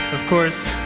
of course,